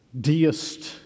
deist